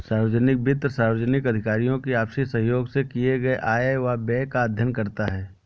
सार्वजनिक वित्त सार्वजनिक अधिकारियों की आपसी सहयोग से किए गये आय व व्यय का अध्ययन करता है